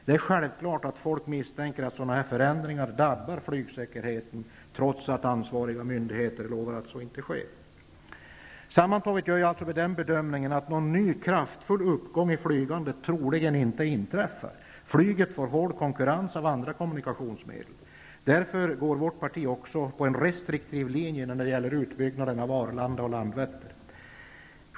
Det är självklart att folk misstänker att sådana här förändringar drabbar flygsäkerheten, trots att ansvariga myndigheter lovar att så inte skall ske. Sammantaget gör jag alltså den bedömningen att någon ny kraftfull uppgång i flygandet troligen inte inträffar. Flyget får hård konkurrens av andra kommunikationsmedel. Därför går vårt parti också på en restriktiv linje när det gäller utbyggnaden av Arlanda och Landvetter.